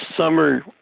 summer